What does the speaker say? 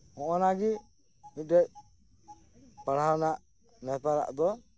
ᱱᱚᱜ ᱱᱟᱜᱮ ᱢᱤᱫ ᱴᱮᱡ ᱯᱟᱲᱦᱟᱣ ᱨᱮᱱᱟᱜ ᱱᱮᱛᱟᱨᱟᱜ ᱫᱚ